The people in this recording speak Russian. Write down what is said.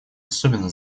особенно